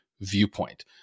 viewpoint